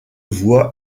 voix